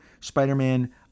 Spider-Man